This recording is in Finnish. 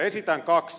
esitän kaksi